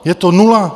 Je to nula.